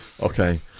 Okay